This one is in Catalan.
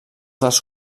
dels